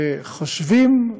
שחושבים,